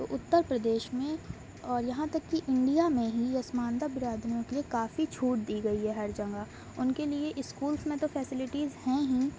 اتر پردیش میں یہاں تک کہ انڈیا میں ہی پسماندہ برادری ہے کے لیے کافی چھوٹ دی گئی ہے ہر جگہ ان کے لیے اسکولس میں تو فیصلیٹی ہیں ہی